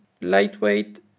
lightweight